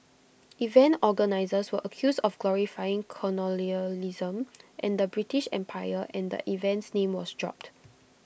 event organisers were accused of glorifying colonialism and the British empire and the event's name was dropped